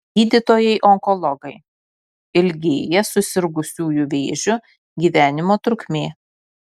gydytojai onkologai ilgėja susirgusiųjų vėžiu gyvenimo trukmė